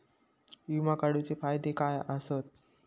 विमा काढूचे फायदे काय आसत?